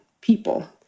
people